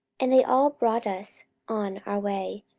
and they all brought us on our way,